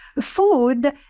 food